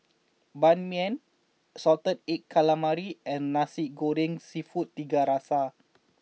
Ban Mian Salted Egg Calamari and Nasi Goreng Seafood Tiga Rasa